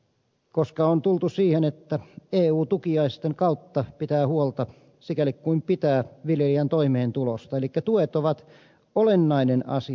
koska on tultu siihen että eu tukiaisten kautta pitää huolta sikäli kuin pitää viljelijän toimeentulosta niin tuet ovat olennainen asia